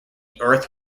earth